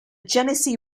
genesee